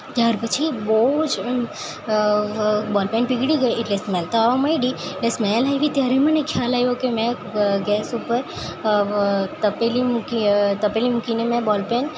ત્યાર પછી બહુ જ એમ બોલપેન પીગળી ગઈ એટલે સ્મેલ તો આવવા મંડી મેં સ્મેલ આવી ત્યારે મને ખ્યાલ આવ્યો કે મેં ગેસ ઉપર તપેલી મૂકી તપેલી મૂકીને મેં બોલપેન